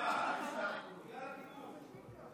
בגלל הכיבוש.